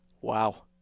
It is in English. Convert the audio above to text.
Wow